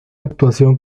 actuación